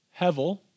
Hevel